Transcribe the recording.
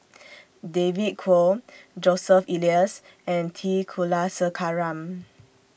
David Kwo Joseph Elias and T Kulasekaram